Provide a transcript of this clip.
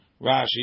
Rashi